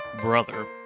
Brother